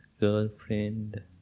girlfriend